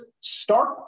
start